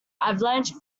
avalanche